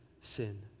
sin